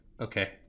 okay